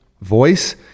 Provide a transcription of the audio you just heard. voice